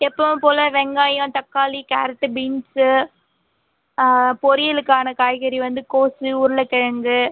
எப்போதும் போல் வெங்காயம் தக்காளி கேரட் பீன்ஸ் பொரியலுக்கான காய்கறி வந்து கோஸ் உருளைக்கெழங்கு